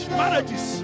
marriages